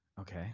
Okay